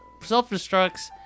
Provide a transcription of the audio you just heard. self-destructs